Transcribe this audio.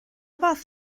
fath